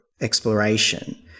exploration